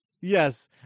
Yes